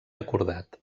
acordat